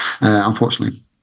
unfortunately